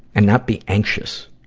and not be anxious.